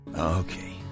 Okay